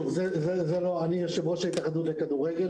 אני יושב-ראש ההתאחדות לכדורגל,